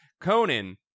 Conan